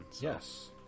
Yes